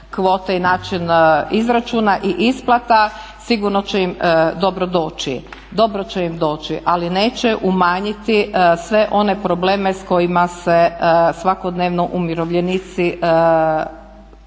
kvote i način izračuna i isplata. Sigurno će im dobro doći, dobro će im doći, ali neće umanjiti sve one probleme s kojima se svakodnevno umirovljenici susreću.